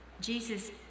jesus